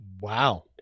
Wow